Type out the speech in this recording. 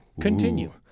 Continue